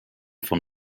von